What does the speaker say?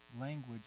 language